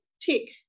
tick